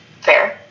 fair